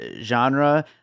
genre